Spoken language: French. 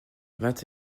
vingt